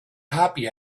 happy